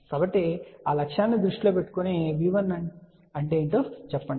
కాబట్టి ఆ లక్ష్యాన్ని దృష్టిలో పెట్టుకుని V1 అంటే ఏమిటో చెప్పండి